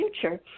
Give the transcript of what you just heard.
future